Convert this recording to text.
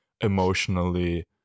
emotionally